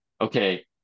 okay